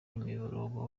imiborogo